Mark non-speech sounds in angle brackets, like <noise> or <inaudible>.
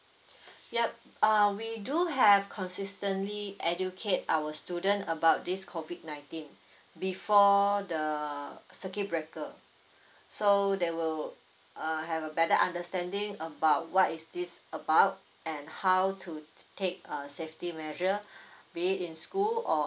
<breath> ya uh we do have consistently educate our student about this COVID nineteen <breath> before the circuit breaker <breath> so they will uh have a better understanding about what is this about and how to take uh safety measure <breath> be it in school or